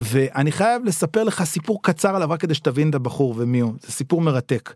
ואני חייב לספר לך סיפור קצר עליו רק כדי שתבין את הבחור ומי הוא. זה סיפור מרתק.